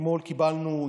אתמול קיבלנו,